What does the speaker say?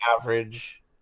average